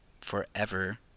forever